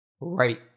right